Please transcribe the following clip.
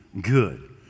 good